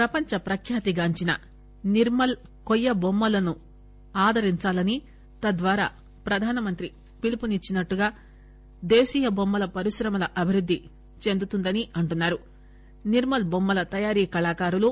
ప్రపంచప్రఖ్యాతి గాంచిన నిర్మల్ కొయ్యబొమ్మలను ఆదరించాలని తద్వారా ప్రధానమంత్రి పిలుపునిచ్చినట్టు దేశీయ బొమ్మల పరిశ్రమ అభివృద్ది చెందుతుందనిఅంటున్నా రునిర్మల్ బొమ్మల తయారీ కళాకారులు